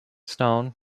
stone